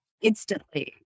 instantly